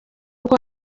uko